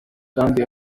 kandi